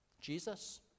Jesus